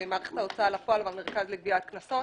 מערכת ההוצאה לפועל ועל המרכז לגביית קנסות.